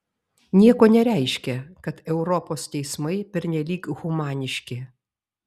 nieko nereiškia kad europos teismai pernelyg humaniški